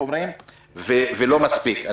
ולא מספיק.